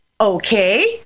okay